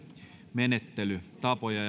menettelytapoja